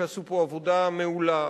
שעשו פה עבודה מעולה,